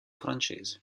francese